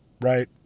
right